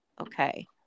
Okay